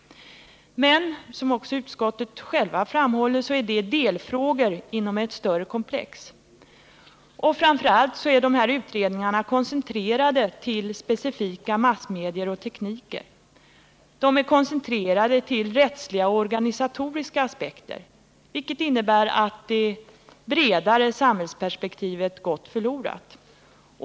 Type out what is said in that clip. Utskottet framhåller emellertid självt att detta är delfrågor inom ett större komplex. Och framför allt är de här utredningarna koncentrerade till specifika massmedier och tekniker, de är koncentrerade till rättsliga och organisatoriska aspekter, vilket innebär att det bredare samhällsperspektivet gått förlorat.